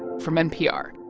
from npr